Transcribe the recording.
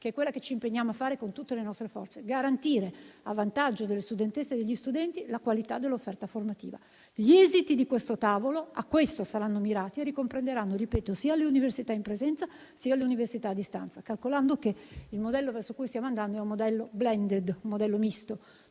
che è quella che ci impegniamo a fare con tutte le nostre forze: garantire, a vantaggio delle studentesse e degli studenti, la qualità dell'offerta formativa. Gli esiti di questo tavolo - a questo saranno mirati - ricomprenderanno sia le università in presenza, sia le università a distanza, calcolando che il modello verso cui stiamo andando è un modello *blended* (misto),